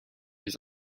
his